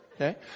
Okay